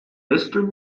mister